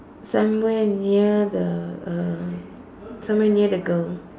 somewhere near the uh somewhere near the girl